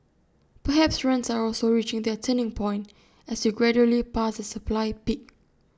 perhaps rents are also reaching their turning point as we gradually pass the supply peak